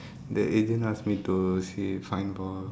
the agent ask me to see find for